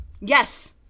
yes